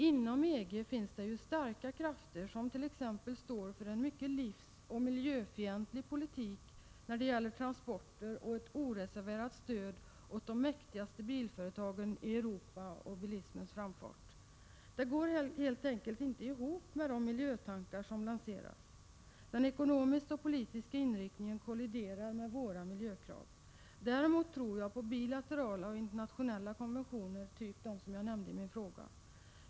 Inom EG finns starka krafter som t.ex. står för en mycket livsoch miljöfientlig politik när det gäller transporter och ett oreserverat stöd åt de mäktigaste bilföretagen i Europa liksom åt bilismens framfart. Det går helt enkelt inte ihop med de miljötankar som lanseras. Den ekonomiska och politiska inriktningen kolliderar med våra miljökrav. Däremot tror jag på bilaterala och internationella konventioner av den typ jag nämnt i min fråga.